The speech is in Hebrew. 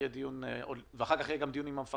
עם הפיקוח על הבנקים ואחר כך גם יהיה דיון עם המפקחת,